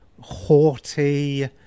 haughty